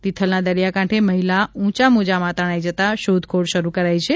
તિથલના દરિયાકાંઠે મહિલા ઉંચા મોજાંમાં તણાઇ જતાં શોધખોળ શરૂ કરાઇ છે